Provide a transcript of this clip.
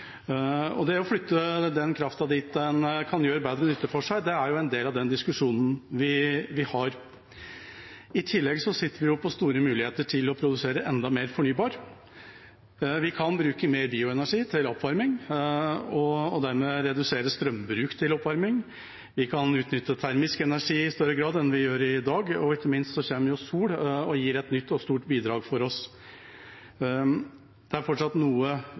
Det å flytte den krafta dit den kan gjøre bedre nytte for seg er en del av den diskusjonen vi har. I tillegg sitter vi på store muligheter til å produsere enda mer fornybar. Vi kan bruke mer bioenergi til oppvarming og dermed redusere strømbruk til oppvarming. Vi kan utnytte termisk energi i større grad enn vi gjør i dag, og ikke minst kommer solenergi og gir et nytt og stort bidrag for oss. Det er fortsatt noe